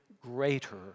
greater